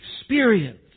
experience